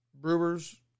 Brewers